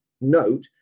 note